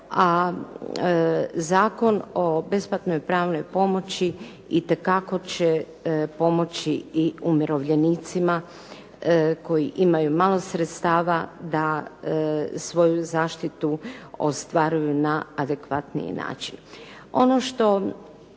a Zakon o besplatnoj pravnoj pomoći itekako će pomoći i umirovljenicima koji imaju malo sredstava da svoju zaštitu ostvaruju na adekvatniji način.